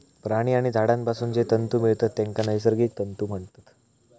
प्राणी आणि झाडांपासून जे तंतु मिळतत तेंका नैसर्गिक तंतु म्हणतत